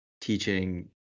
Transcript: teaching